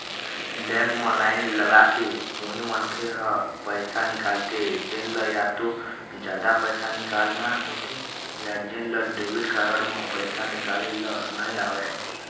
bank म line लगाके उही मनखे ह पइसा निकालथे जेन ल या तो जादा पइसा निकालना होथे या जेन ल डेबिट कारड म पइसा निकाले ल नइ आवय